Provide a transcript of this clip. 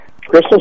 Christmas